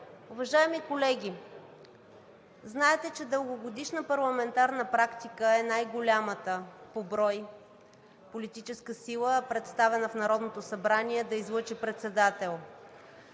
Уважаеми колеги, знаете, че дългогодишна парламентарна практика е най-голямата по брой политическа сила, представена в Народното събрание, да излъчи председател.